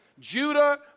Judah